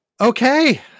Okay